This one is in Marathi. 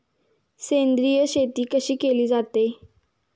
सेंद्रिय शेती कशी केली जाते?